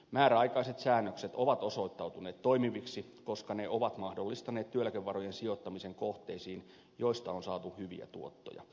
määräaikaiset säännökset ovat osoittautuneet toimiviksi koska ne ovat mahdollistaneet työeläkevarojen sijoittamisen kohteisiin joista on saatu hyviä tuottoja